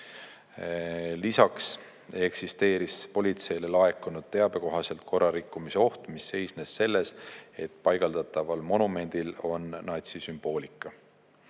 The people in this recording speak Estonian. Lisaks eksisteeris politseile laekunud teabe kohaselt korrarikkumise oht, mis seisnes selles, et paigaldataval monumendil on natsisümboolika.